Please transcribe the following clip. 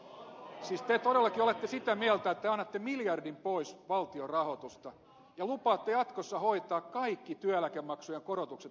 siis te todellakin olette sitä mieltä että te annatte miljardin pois valtion rahoitusta ja lupaatte jatkossa hoitaa kaikki työeläkemaksujen korotukset valtion pussista